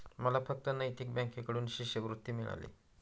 मला फक्त नैतिक बँकेकडून शिष्यवृत्ती मिळाली